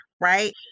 right